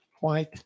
white